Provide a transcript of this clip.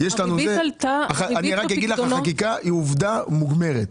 אני רק אגיד לך: החקיקה היא עובדה מוגמרת.